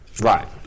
right